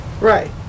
Right